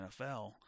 NFL –